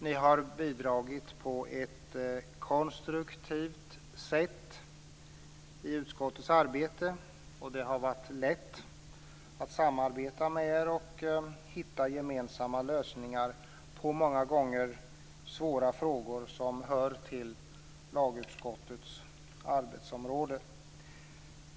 Ni har bidragit på ett konstruktivt sätt i utskottets arbete. Det har varit lätt att samarbeta med er och hitta gemensamma lösningar på de många gånger svåra frågor som hör till lagutskottets arbetsområde.